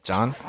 John